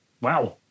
Wow